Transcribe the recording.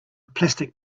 plastic